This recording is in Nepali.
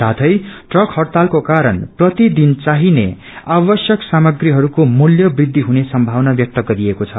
साथै ट्रक हड़तालको कारण प्रतिदिन चाहिने आवश्यक सामग्रीहरूको मूल्य वृद्धि हुने सम्भावना व्यक्त गरिएको छ